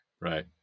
right